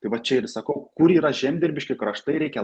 tai va čia ir sakau kur yra žemdirbiški kraštai reikia